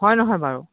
হয় নহয় বাৰু